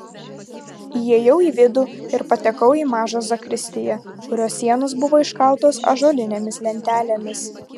įėjau į vidų ir patekau į mažą zakristiją kurios sienos buvo iškaltos ąžuolinėmis lentelėmis